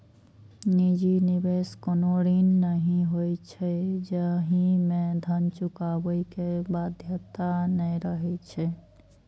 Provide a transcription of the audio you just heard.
निजी निवेश कोनो ऋण नहि होइ छै, जाहि मे धन चुकाबै के बाध्यता नै रहै छै